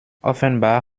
offenbar